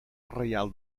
reial